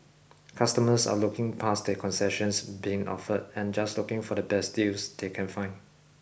customers are looking past the concessions being offered and just looking for the best deals they can find